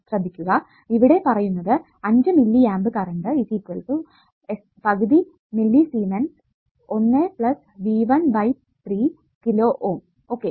ശ്രദ്ധിക്കുക ഇവിടെ പറയുന്നത് 5 മില്ലിയാമ്പ് കറണ്ട് s പകുതി millisiemen 1V1 3 kilo ohm okay